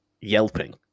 Yelping